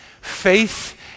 faith